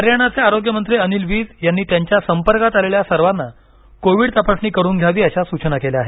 हरियाणाचे आरोग्य मंत्री अनिल वीज यांनी त्यांच्या संपर्कात आलेल्या सर्वांना कोविड तपासणी करून घ्यावी अशा सूचना केल्या आहेत